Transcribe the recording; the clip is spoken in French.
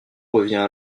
revient